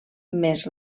més